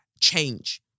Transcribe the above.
change